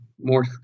more